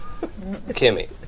Kimmy